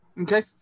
Okay